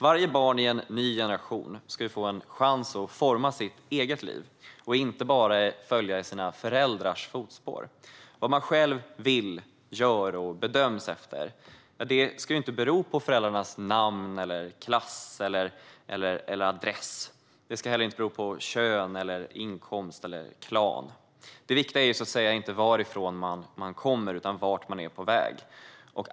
Varje barn i en ny generation ska få en chans att forma sitt eget liv och inte bara följa i sina föräldrars fotspår. Vad man själv vill, gör och bedöms efter ska inte bero på föräldrarnas namn eller klass eller adress. Det ska heller inte bero på kön eller inkomst eller klan. Det viktiga är, så att säga, inte varifrån man kommer utan vart man är på väg.